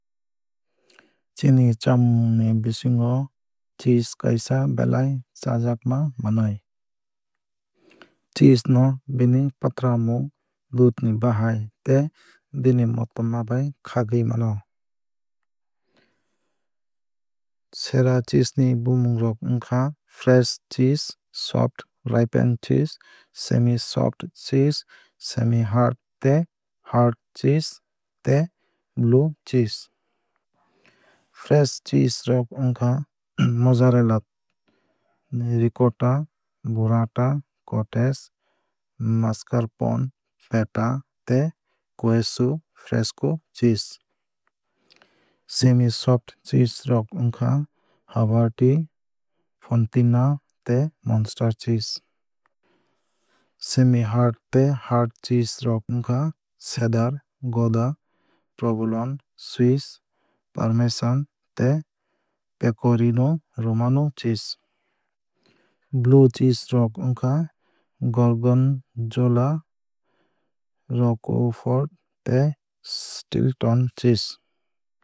Chini chamung ni bisingo cheese kaisa belai chajakma manwui. Cheese no bini pathramung dudh ni bahai tei bini motoma bai khagwui mano. Sera cheese ni bumung rok wngkha fresh cheese soft ripened cheese semi soft cheese semi hard tei hard cheese tei blue cheese. Fresh cheese rok wngkha mozzarella ricotta burrata cottage mascarpone feta tei queso fresco cheese. Semi soft cheese rok wngkha havarti fontina tei munster cheese. Semi hard tei hard cheese rok wngkha cheddar gouda provolone swiss parmesan tei pecorino romano cheese. Blue cheese rok wngkha gorgonzola roquefort tei stilton cheese.